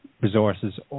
resources